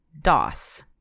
DOS